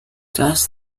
does